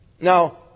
Now